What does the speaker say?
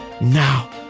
now